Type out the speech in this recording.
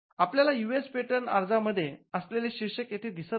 आपल्याला US patent अर्जा मध्ये असलेले शीर्षक येथे दिसत नाही